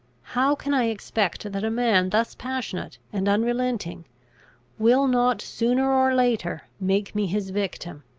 how can i expect that a man thus passionate and unrelenting will not sooner or later make me his victim?